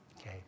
okay